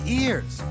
ears